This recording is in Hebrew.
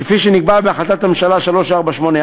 כפי שנקבע בהחלטת ממשלה 3484,